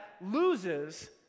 loses